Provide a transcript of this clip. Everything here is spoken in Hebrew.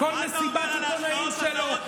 כל מסיבת עיתונאים שלו,